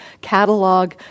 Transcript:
catalog